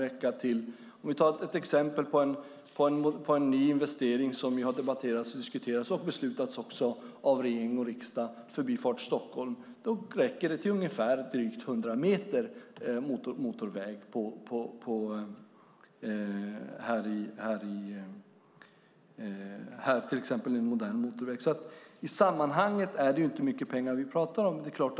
Som exempel kan man ta en ny investering som har debatterats, diskuterats och beslutats av regering och riksdag, nämligen Förbifart Stockholm, och då räcker 100 miljoner till drygt 100 meter modern motorväg. I sammanhanget är det därför inte mycket pengar som vi talar om.